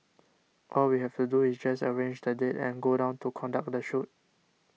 all we have to do is just arrange the date and go down to conduct the shoot